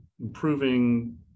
improving